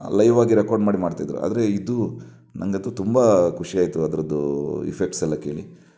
live ಆಗಿ record ಮಾಡಿ ಮಾಡ್ತಿದ್ದರು ಆದರೆ ಇದು ನನಗಂತೂ ತುಂಬ ಖುಷಿ ಆಯಿತು ಅದರದ್ದು ಇಫೆಕ್ಟ್ಸ್ ಎಲ್ಲ ಕೇಳಿ